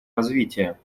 развития